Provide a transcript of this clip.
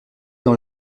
dans